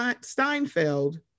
Steinfeld